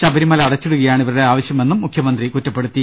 ശബരി മല അടച്ചിടുകയാണ് ഇവരുടെ ആവശ്യമെന്നും മുഖ്യമന്ത്രി കുറ്റ പ്പെടുത്തി